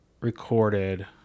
recorded